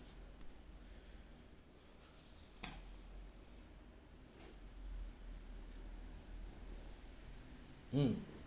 mm